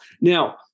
Now